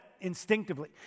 instinctively